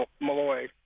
Malloy